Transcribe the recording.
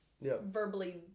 verbally